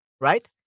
right